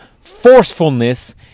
forcefulness